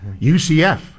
UCF